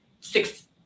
six